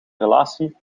relatie